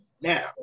now